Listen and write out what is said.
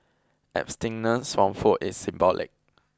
abstinence from food is symbolic